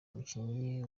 umukinnyi